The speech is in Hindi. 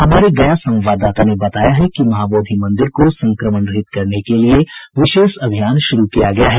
हमारे गया संवाददाता ने बताया है कि महाबोधि मंदिर को संक्रमण रहित करने के लिए विशेष अभियान शुरू किया गया है